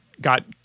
got